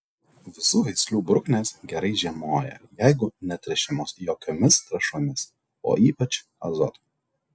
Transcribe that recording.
visų veislių bruknės gerai žiemoja jeigu netręšiamos jokiomis trąšomis o ypač azoto